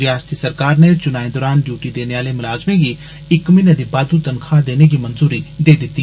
रयासती सरकार नै चुनाएं दौरान ड्यूटी देने आले मुलाज़में गी इक्क म्हीने दी बाद्दू तनखाह देने गी मंजूरी दिती